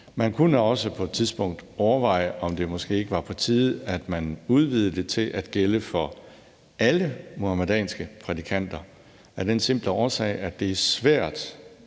Man kunne på et tidspunkt også overveje, om det måske ikke var på tide, at man udvidede det til at gælde for alle muhamedanske prædikanter af den simple årsag, at det er svært